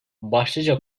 başlıca